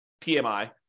PMI